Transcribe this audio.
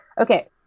Okay